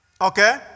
okay